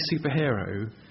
superhero